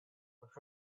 which